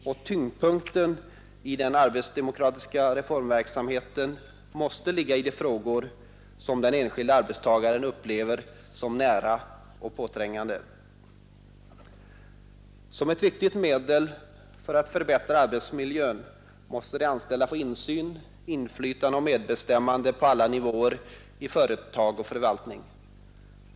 Och tyngdpunkten i den arbetsdemokratiska reformverksamheten måste ligga i de frågor som den enskilde arbetstagaren upplever som nära och påträngande. Ett viktigt medel för att förbättra arbetsmiljön är att de anställda får insyn, inflytande och medbestämmande på alla nivåer i företag och förvaltning.